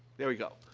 there we go.